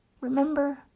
Remember